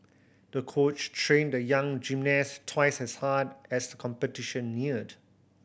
the coach trained the young gymnast twice as hard as the competition neared